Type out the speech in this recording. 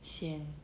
sian